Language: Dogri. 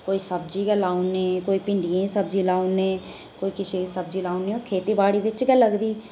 कोई सब्जी गै लाऊ उड़ने कोई भिंडियें दी सब्जी लाऊ उड़ने कोई कुसै दी सब्जी लाऊ उड़ने ओह् खेतीबाड़ी बिच गै लगदी